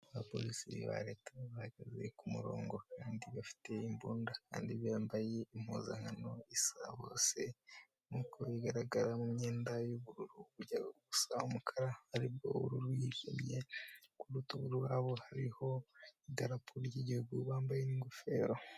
Abaporisi ba reta bahagaze kumurongo bafite imbunda kandi bambaye impuzankano isa bose nkuko bigaragara mumyenda y'ubururu gusa umukara ari buru yijimye kurutugu rw'abo hariho idararapo ry'igihugu bambaye ingofero.